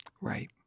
Right